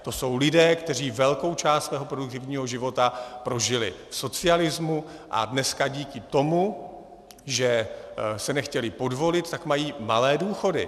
To jsou lidé, kteří velkou část svého produktivního života prožili v socialismu a dneska díky tomu, že se nechtěli podvolit, mají malé důchody.